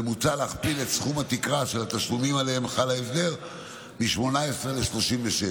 ומוצע להכפיל את סכום התקרה של התשלומים שעליהם חל ההסדר מ-18 ל-36,